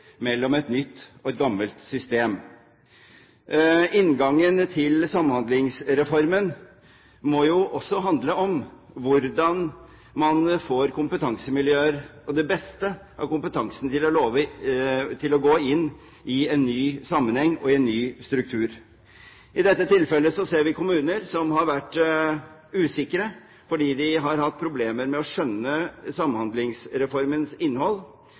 mellom et nytt og et gammelt system. Inngangen til Samhandlingsreformen må også handle om hvordan man får kompetansemiljøer og det beste av kompetansen til å gå inn i en ny sammenheng og i en ny struktur. I dette tilfellet ser vi kommuner som har vært usikre fordi de har hatt problemer med å skjønne Samhandlingsreformens innhold.